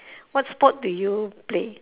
what sport do you play